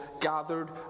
gathered